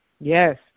Yes